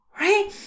right